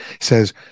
says